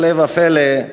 הפלא ופלא,